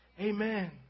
amen